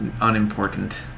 unimportant